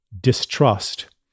distrust